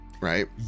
right